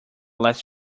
last